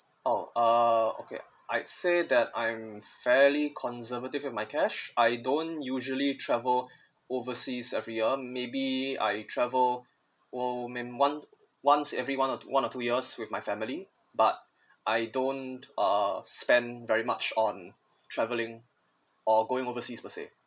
oh uh okay I said that I'm fairly conservative with my cash I don't usually travel overseas every year maybe I travel o~ mean one once every one or two one or two years with my family but I don't uh spend very much on travelling or going overseas per se